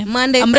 Monday